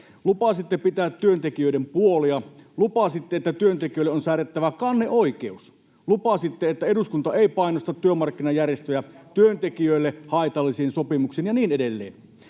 Lupasitte pitää työntekijöiden puolia. Lupasitte, että työntekijöille on säädettävä kanneoikeus. Lupasitte, että eduskunta ei painosta työmarkkinajärjestöjä työntekijöille haitallisiin sopimuksiin ja niin edelleen.